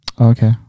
Okay